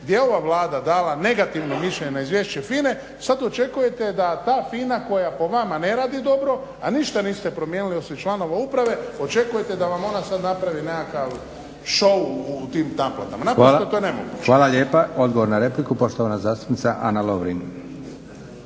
gdje je ova Vlada dala negativno mišljenje na izvješće FINA-e, sad očekujete da ta FINA koja po vama ne radi dobro, a ništa niste promijenili osim članova uprave, očekujete da vam ona sad napravi nekakav šou u tim naplatama. Naprosto je to nemoguće. **Leko, Josip (SDP)** Hvala lijepa. Odgovor na repliku, poštovana zastupnica Ana Lovrin.